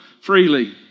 freely